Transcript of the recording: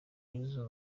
yuzuza